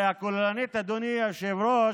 הרי הכוללנית, אדוני היושב-ראש,